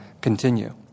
continue